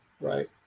right